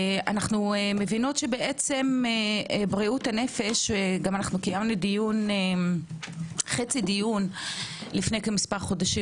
אנחנו מבינות שבעצם בריאות הנפש גם חצי דיון לפני מספר חודשים